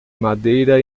madeira